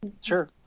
sure